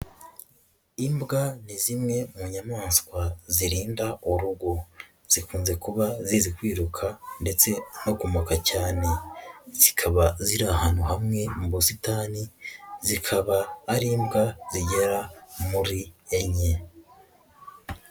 Imbwa ni zimwe mu nyamaswa zirinda urugo. Zikunze kuba zizi kwiruka ndetse no kumaka cyane, zikaba ziri ahantu hamwe mu busitani, zikaba ari imbwa zigera muri enye.